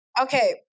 Okay